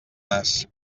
nas